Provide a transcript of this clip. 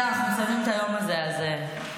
עכשיו אנחנו מסיימים את היום הזה, אז תזרמו.